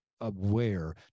aware